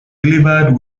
delivered